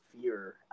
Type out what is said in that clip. fear